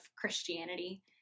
Christianity